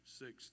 six